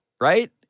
right